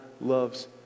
loves